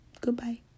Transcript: goodbye